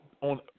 on